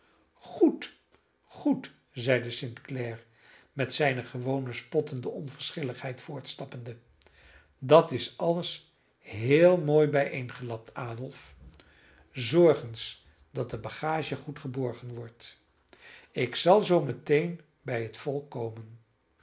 goed goed zeide st clare met zijne gewone spottende onverschilligheid voortstappende dat is alles heel mooi bijeengelapt adolf zorg eens dat de bagage goed geborgen wordt ik zal zoo meteen bij het